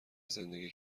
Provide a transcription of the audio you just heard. زندگی